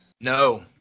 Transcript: No